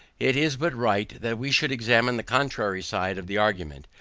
it is but right, that we should examine the contrary side of the argument,